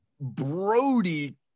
Brody